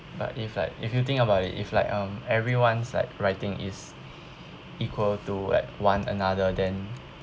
but if like if you think about it if like um everyone's like writing is equal to like one another then